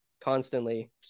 constantly